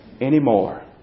anymore